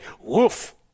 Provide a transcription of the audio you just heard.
woof